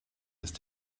ist